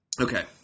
Okay